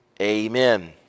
Amen